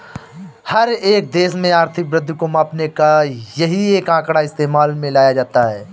हर एक देश में आर्थिक वृद्धि को मापने का यही एक आंकड़ा इस्तेमाल में लाया जाता है